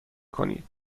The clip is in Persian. کنید